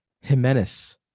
Jimenez